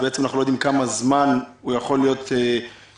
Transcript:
אנחנו לא יודעים כמה זמן הוא יכול להיות בחקירה.